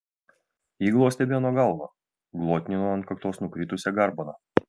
ji glostė beno galvą glotnino ant kaktos nukritusią garbaną